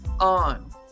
on